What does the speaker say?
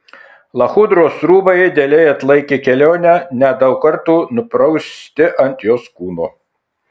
lachudros rūbai idealiai atlaikė kelionę net daug kartų nuprausti ant jos kūno